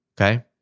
Okay